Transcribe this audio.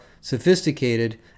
sophisticated